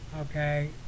Okay